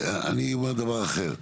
אני אומר דבר אחר.